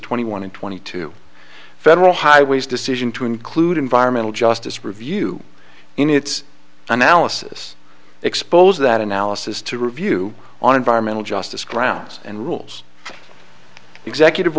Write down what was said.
twenty one and twenty two federal highways decision to include environmental justice review in its analysis expose that analysis to review on environmental justice grounds and rules executive